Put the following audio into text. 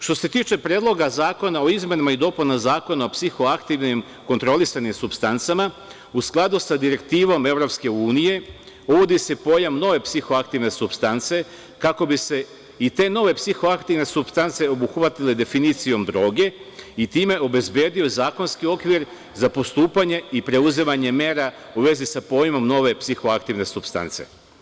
Što se tiče Predloga zakona o izmenama i dopunama Zakona o psihoaktivnim kontrolisanim supstancama, u skladu sa direktivom EU, uvodi se pojam nove psihoaktivne supstance kako bi se i te nove psihoaktivne supstance obuhvatile definicijom droge i time obezbedio zakonski okvir za postupanje i preuzimanje mera u vezi sa pojmom nove psihoaktivne supstance.